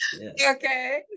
Okay